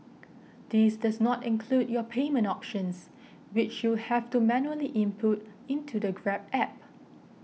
this does not include your payment options which you'll have to manually input into the Grab App